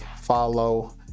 follow